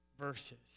verses